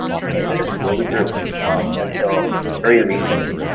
and it just slowly grew until very recently.